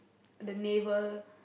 the naval